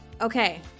Okay